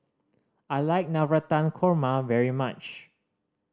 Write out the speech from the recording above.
I like Navratan Korma very much